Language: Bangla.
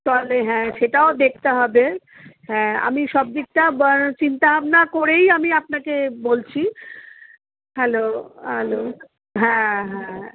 তাহলে হ্যাঁ সেটাও দেখতে হবে হ্যাঁ আমি সব দিকটা চিন্তা ভাবনা করেই আমি আপনাকে বলছি হ্যালো হ্যালো হ্যাঁ হ্যাঁ